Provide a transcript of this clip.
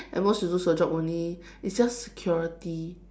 at most you lose your job only it's just security